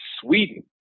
Sweden